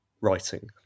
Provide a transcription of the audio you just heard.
writing